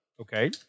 Okay